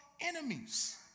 enemies